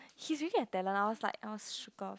he's really a talemt I was like I was shooketh